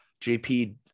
JP